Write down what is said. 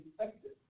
effective